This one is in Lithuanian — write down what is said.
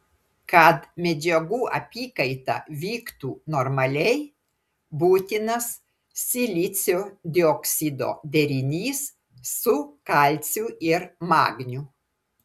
kad medžiagų apykaita vyktų normaliai būtinas silicio dioksido derinys su kalciu ir magniu